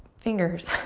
fingers,